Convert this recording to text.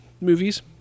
movies